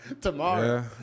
tomorrow